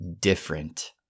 different